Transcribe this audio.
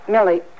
Millie